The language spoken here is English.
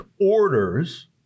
orders